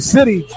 City